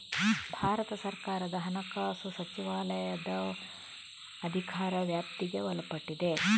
ಭಾರತ ಸರ್ಕಾರದ ಹಣಕಾಸು ಸಚಿವಾಲಯದ ಅಧಿಕಾರ ವ್ಯಾಪ್ತಿಗೆ ಒಳಪಟ್ಟಿದೆ